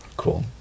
Cool